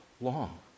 long